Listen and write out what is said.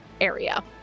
area